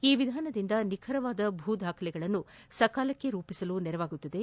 ಈ ವಿಧಾನದಿಂದ ನಿಖರವಾದ ಭೂದಾಖಲೆಗಳನ್ನು ಸಕಾಲಕ್ಷೆ ರೂಪಿಸಲು ನೆರವಾಗಲಿದೆ